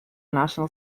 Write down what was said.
national